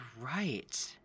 right